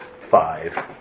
five